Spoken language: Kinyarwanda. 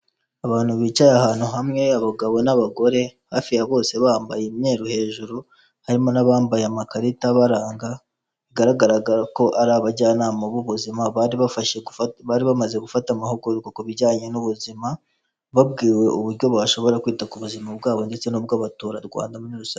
Abantu bicaye ahantu hamwe abagabo n'abagore hafi ya bose bambaye imyeru hejuru, harimo n'abambaye amakarita abaranga bigaragara ko ari abajyanama b'ubuzima bari bamaze gufata amahugurwa ku bijyanye n'ubuzima, babwiwe uburyo bashobora kwita ku buzima bwabo ndetse n'ubw'abaturarwanda muri rusange.